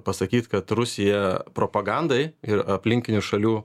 pasakyt kad rusija propagandai ir aplinkinių šalių